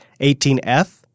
18F